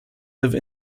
live